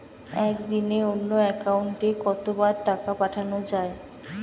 একদিনে অন্য একাউন্টে কত বার টাকা পাঠানো য়ায়?